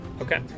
Okay